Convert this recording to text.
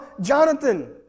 Jonathan